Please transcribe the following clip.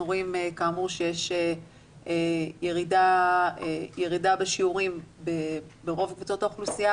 רואים שיש ירידה בשיעורים ברוב קבוצות האוכלוסייה,